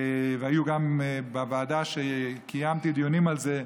והם היו גם בדיון הוועדה שבו קיימתי דיונים על זה,